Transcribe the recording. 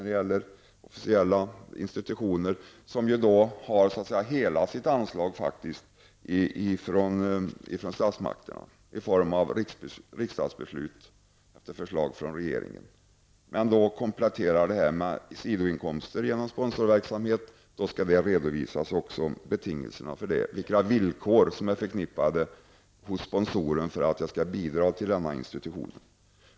Det gäller alltså institutioner som får hela anslaget till sin verksamhet från statsmakterna efter riksdagsbeslut på förslag av regeringen. Om sådana institutioner får kompletterande inkomster genom sponsring skall det redovisas vilka villkor sponsorerna ställer för att bidra till verksamheten.